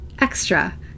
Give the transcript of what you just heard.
extra